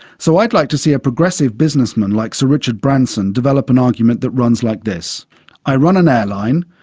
so i'd like to see a progressive businessman, like sir richard branson, develop an argument that runs like this i run an airline.